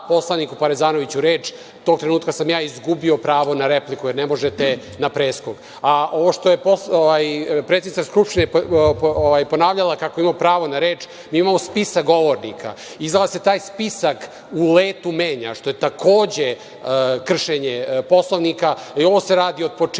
poslaniku Parezanoviću reč, tog trenutka sam ja izgubio pravo na repliku, jer ne možete na preskok. Ovo što je predsednica Skupštine ponavljala kako imamo pravo na reč, mi imamo spisak govornika i izgleda da se taj spisak u letu menja, što je takođe kršenje Poslovnika. Ovo se radi o početka,